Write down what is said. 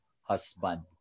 husband